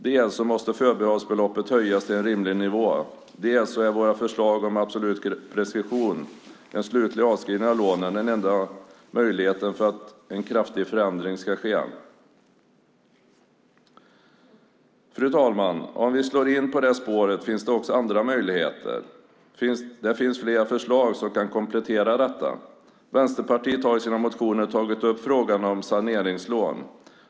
Dels måste förbehållsbeloppet höjas till en rimlig nivå, dels är våra förslag om absolut preskription, en slutlig avskrivning av lånen, den enda möjligheten för att en kraftig förändring ska ske. Fru talman! Om vi slår in på det spåret finns det också andra möjligheter. Det finns flera förslag som kan komplettera detta. Vänsterpartiet har i sina motioner tagit upp frågan om saneringslån.